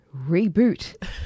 reboot